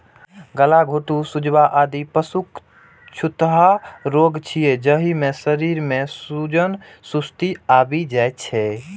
गलाघोटूं, सुजवा, आदि पशुक छूतहा रोग छियै, जाहि मे शरीर मे सूजन, सुस्ती आबि जाइ छै